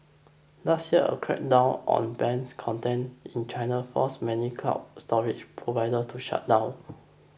last year a crackdown on banned content in China forced many cloud storage providers to shut down